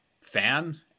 fan